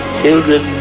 children